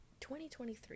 2023